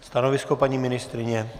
Stanovisko paní ministryně?